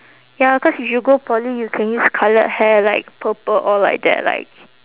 ya cause if you go poly you can use coloured hair like purple or like that like